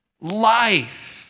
life